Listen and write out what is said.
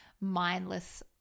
mindless